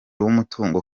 w’umutungo